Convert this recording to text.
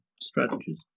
strategies